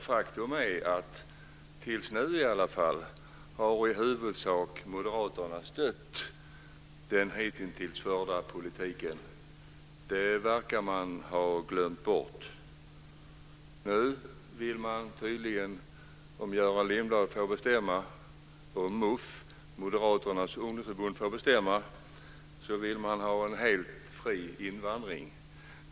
Faktum är att i alla fall tills nu har Moderaterna i huvudsak stött den hittills förda politiken. Det verkar man ha glömt bort. Om Göran Lindblad och MUF, Moderaternas ungdomsförbund, får bestämma ska det vara en helt fri invandring.